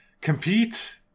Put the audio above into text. Compete